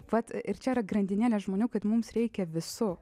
vat ir čia yra grandinėlė žmonių kad mums reikia visų